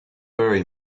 very